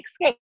escape